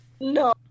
No